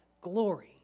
glory